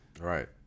Right